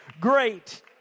great